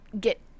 get